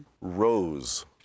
Rose